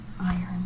iron